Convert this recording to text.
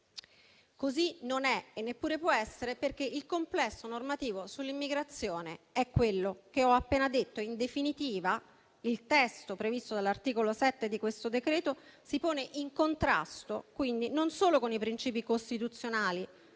Così non è e neppure può essere perché il complesso normativo sull'immigrazione è quello che ho appena detto. In definitiva, il testo previsto dall'articolo 7 del decreto quindi non solo si pone in contrasto con i nostri principi costituzionali